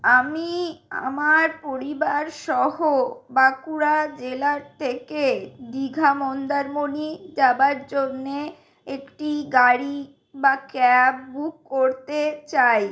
আমি আমার পরিবার সহ বাঁকুড়া জেলা থেকে দীঘা মন্দারমণি যাওয়ার জন্য একটি গাড়ি বা ক্যাব বুক করতে চাই